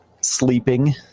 sleeping